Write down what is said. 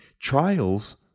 Trials